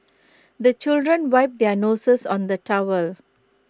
the children wipe their noses on the towel